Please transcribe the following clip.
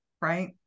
right